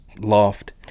loft